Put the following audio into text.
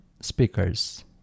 speakers